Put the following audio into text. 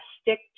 stick